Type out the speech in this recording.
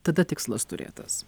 tada tikslas turėtas